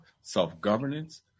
self-governance